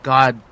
God